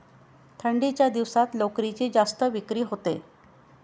थंडीच्या दिवसात लोकरीची जास्त विक्री होते